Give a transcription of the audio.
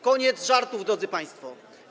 Koniec żartów, drodzy państwo.